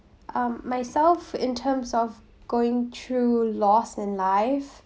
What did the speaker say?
um myself in terms of going through loss in life